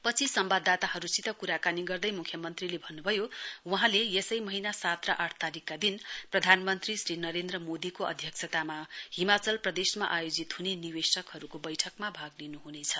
पछि संवाददाताहरूसित कुराकानी गर्दै मुख्यमन्त्रीले भन्नु भयो वहाँले यसै महीना सात र आठ तारीकका दिन प्रधानमन्त्री नरेन्द्र मोदीको अध्यक्षतामा हिमाचल प्रदेशमा आयोजित हुने निवेशकहरूको बैठकमा भाग लिनु हुनेछ